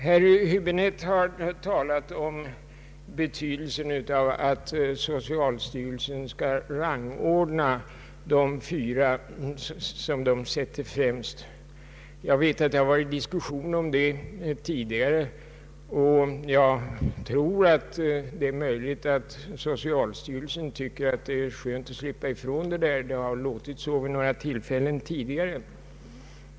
Herr Häbinette har talat om betydelsen av att socialstyrelsen rangordnar de fyra sökande som den sätter främst. Nu är det möjligt att socialstyrelsen tycker att det är skönt att slippa ifrån bestyret med dessa ärenden; det har låtit så från styrelsens sida vid några tidigare tillfällen.